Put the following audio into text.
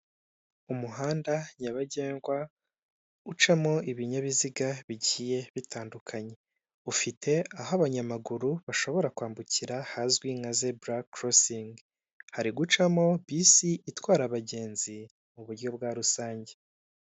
Umuhanda nyabagendwa ucamo ibinyabiziga bigiye bitandukanye ufite aho abanyamaguru bashobora kwambukira hazwi nka zebura korosingi hari gucamo bisi itwara abagenzi muburyo bwa rusange.